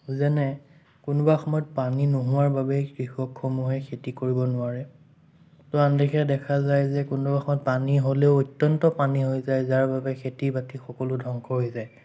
যেনে কোনোবা সময়ত পানী নোহোৱাৰ বাবেই কৃষকসমূহে খেতি কৰিব নোৱাৰে আনদিশে দেখা যায় যে কোনোডোখৰত পানী হ'লেও অত্যন্ত পানী হৈ যায় যাৰ বাবে খেতি বাতি সকলো ধ্বংস হৈ যায়